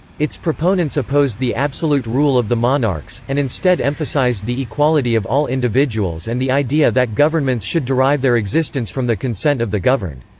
its proponents opposed the absolute rule of the monarchs, and instead emphasized the equality of all individuals and the idea that governments should derive their existence from the consent of the governed.